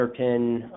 underpin